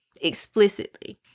explicitly